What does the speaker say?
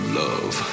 love